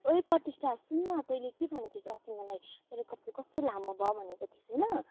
ओई प्रतिष्ठा सुन् न तैँले के भनेको थिइस अस्ति मलाई मेरो कपाल कस्तो लामो भयो भनेको थिइस होइन